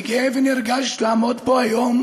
אני גאה ונרגש לעמוד פה היום,